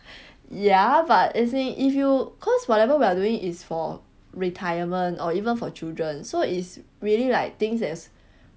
ya but as in if you cause whatever we are doing is for retirement or even for children so it's really like things as